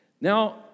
Now